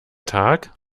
tag